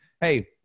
hey